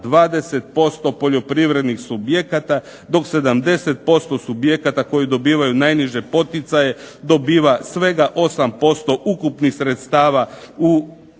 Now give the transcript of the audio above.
20% poljoprivrednih subjekata, dok 70% subjekata koji dobivaju najniže poticaje dobiva svega 8% ukupnih sredstava u Europskoj